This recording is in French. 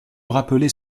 rappeler